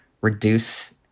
reduce